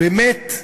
באמת,